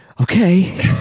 okay